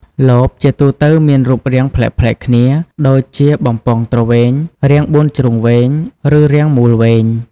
លបជាទូទៅមានរូបរាងប្លែកៗគ្នាដូចជាបំពង់ទ្រវែង រាងបួនជ្រុងវែង ឬរាងមូលវែង។